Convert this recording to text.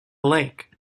lake